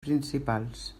principals